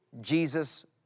Jesus